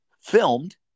filmed